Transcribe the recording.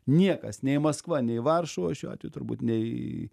niekas nei maskva nei varšuva šiuo atveju turbūt nei